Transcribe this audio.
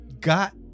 got